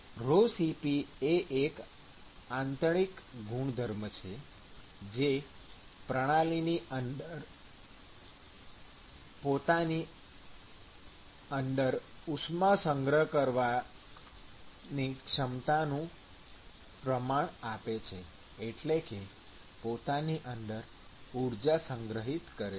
ρCp એ એક આંતરિક ગુણધર્મ છે જે પ્રણાલીની પોતાની અંદર ઉષ્મા સંગ્રહિત કરવાની ક્ષમતાનું પ્રમાણ આપે છે એટલે કે પોતાની અંદર ઊર્જા સંગ્રહિત કરે છે